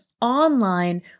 online